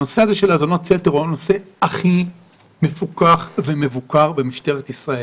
הנושא של האזנות סתר הוא הנושא הכי מפוקח ומבוקר במשטרת ישראל.